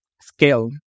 scale